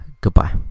Goodbye